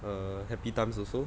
err happy times also